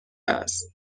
است